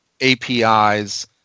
APIs